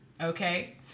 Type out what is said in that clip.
Okay